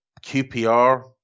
QPR